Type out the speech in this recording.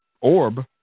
orb